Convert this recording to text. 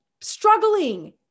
struggling